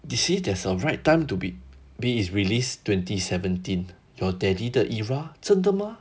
you see that's the right time to be B is released twenty seventeen your daddy 的 era 真的吗